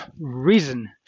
reason